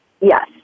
Yes